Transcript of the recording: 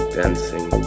dancing